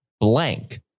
blank